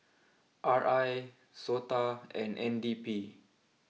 R I Sota and N D P